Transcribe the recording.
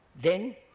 then